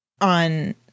on